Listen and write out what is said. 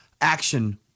action